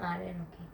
ah then okay